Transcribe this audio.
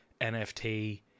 nft